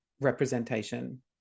representation